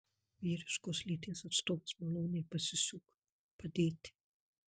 vyriškos lyties atstovas maloniai pasisiūk padėti